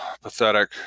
pathetic